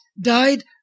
died